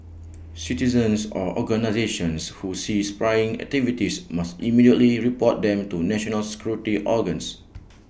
citizens or organisations who see spying activities must immediately report them to national security organs